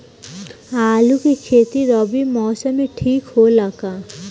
आलू के खेती रबी मौसम में ठीक होला का?